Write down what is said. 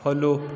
follow